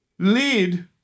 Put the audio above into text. Lead